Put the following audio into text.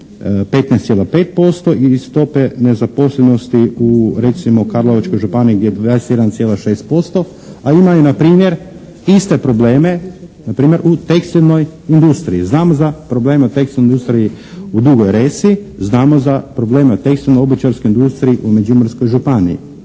15,5% i stope nezaposlenosti u recimo Karlovačkoj županiji gdje je 21,6% a imaju na primjer iste probleme na primjer u tekstilnoj industriji. Znamo za probleme u tekstilnoj industriji u Dugoj Resi. Znamo za probleme u tekstilno-obućarskoj industriji u Međimurskoj županiji.